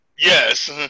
Yes